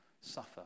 suffer